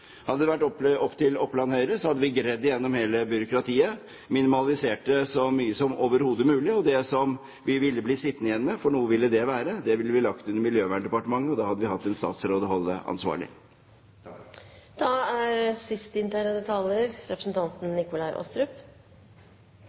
Hadde det vært opp til Oppland Høyre, hadde vi gredd igjennom hele byråkratiet og minimalisert det så mye som overhodet mulig. Det som vi ville bli sittende igjen med – for noe ville det være – ville vi ha lagt under Miljøverndepartementet, og da hadde vi hatt en statsråd å holde ansvarlig.